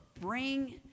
bring